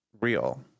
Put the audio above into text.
real